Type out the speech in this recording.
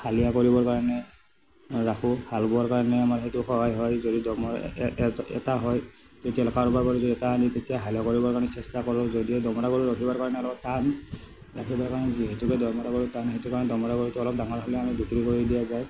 হালোৱা কৰিবৰ কাৰণে ৰাখোঁ হাল বোৱাৰ কাৰণে আমাৰ সেইটো সহায় হয় যদি দমৰা এটা হয় তেতিয়াহ'লে কাৰোবাৰ পৰা যদি এটা আনি তেতিয়া হালোৱা কৰিবৰ কাৰণে চেষ্টা কৰোঁ যদিও দমৰা গৰু ৰখিবৰ কাৰণে অলপ টান ৰাখিবৰ কাৰণে যিহেতুকে দমৰা গৰু টান সেইকাৰণে দমৰা গৰুটো অলপ ডাঙৰ হ'লে বিক্ৰী কৰি দিয়া যায়